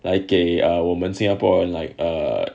like 给我们新加破人 like err